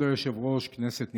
כבוד היושב-ראש, כנסת נכבדה,